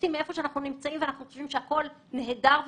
מבסוטים מאיפה שאנחנו נמצאים ואנחנו חושבים שהכל נהדר וסבבה?